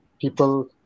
people